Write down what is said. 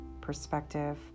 perspective